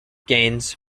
gaines